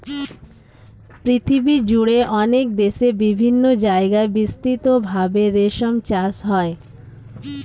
পৃথিবীজুড়ে অনেক দেশে বিভিন্ন জায়গায় বিস্তৃত ভাবে রেশম চাষ হয়